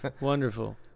Wonderful